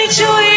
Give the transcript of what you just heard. joy